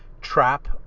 trap